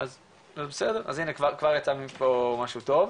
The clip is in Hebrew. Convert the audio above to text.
יצא משהו טוב.